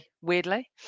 weirdly